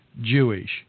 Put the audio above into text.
Jewish